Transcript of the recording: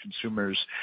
consumers